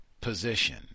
position